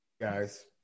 guys